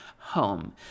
home